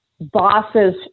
bosses